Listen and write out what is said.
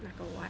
那个 what